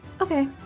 okay